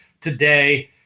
today